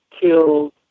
killed